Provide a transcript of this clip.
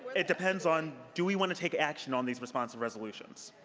it depends on do we want to take action on these responsive resolutions?